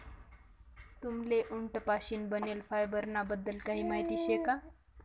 तुम्हले उंट पाशीन बनेल फायबर ना बद्दल काही माहिती शे का?